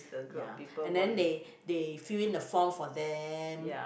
ya and then they they fill in the form for them